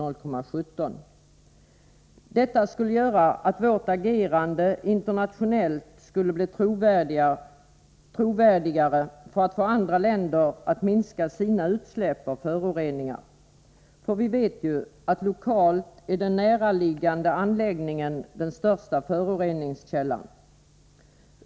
Ett genomförande av vårt förslag skulle göra att Sveriges agerande internationellt skulle bli trovärdigare när det gäller att få andra länder att minska sina utsläpp av föroreningar. Vi vet ju att den näraliggande anläggningen lokalt är den största föroreningskällan.